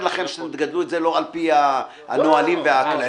לכם שאתם תגדלו את זה לא על-פי הנהלים והכללים?